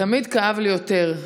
תמיד כאב לי יותר,